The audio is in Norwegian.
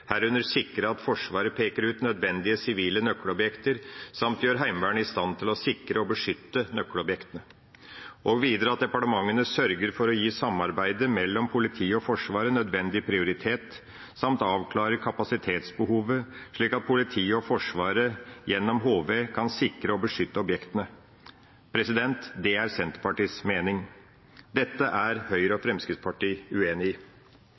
herunder sikre at Forsvaret peker ut nødvendige sivile nøkkelobjekter, samt gjør Heimevernet i stand til å sikre og beskytte nøkkelobjektene. Videre er det at departementene sørger for å gi samarbeidet mellom politiet og Forsvaret nødvendig prioritet, samt avklare kapasitetsbehovet slik at politiet og Forsvaret gjennom HV kan sikre og beskytte objektene. Det er Senterpartiets mening. Dette er Høyre og Fremskrittspartiet uenig i.